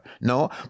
No